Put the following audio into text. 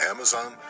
Amazon